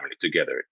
together